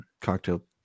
cocktail